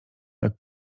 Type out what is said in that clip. jak